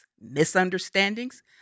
misunderstandings